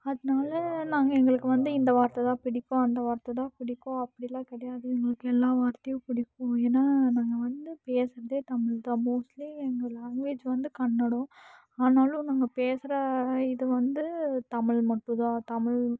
அதனால நாங்கள் எங்களுக்கு வந்து இந்த வார்த்தைதான் பிடிக்கும் அந்த வார்த்தைதான் பிடிக்கும் அப்படிலாம் கிடையாது எங்களுக்கு எல்லா வார்த்தையும் பிடிக்கும் ஏன்னா நாங்கள் வந்து பேசுறதே தமிழ் தான் மோஸ்ட்லி எங்கள் லேங்வேஜ் வந்து கன்னடம் ஆனாலும் நாங்கள் பேசுகிற இது வந்து தமிழ் மட்டும்தான் தமிழ்